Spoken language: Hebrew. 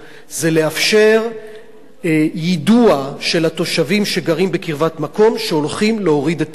זה לאפשר יידוע של התושבים שגרים בקרבת מקום שהולכים להוריד את העץ.